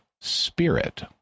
spirit